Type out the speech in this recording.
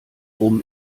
rum